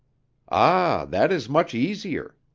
ah, that is much easier.